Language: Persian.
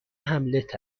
هملت